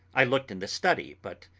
i looked in the study but,